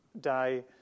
die